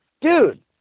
dude